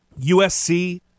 USC